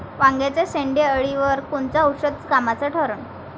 वांग्याच्या शेंडेअळीवर कोनचं औषध कामाचं ठरन?